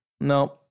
No